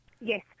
Yes